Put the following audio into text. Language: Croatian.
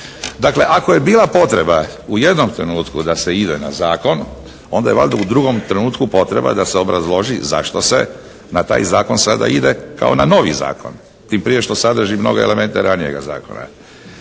Dakle, ako je bila potreba u jednom trenutku da se ide na zakon, onda je valjda u drugom trenutku potreba da se obrazloži zašto se na taj zakon sada ide kao na novi zakon. Tim prije što sadrži mnoge elemente ranijega zakona.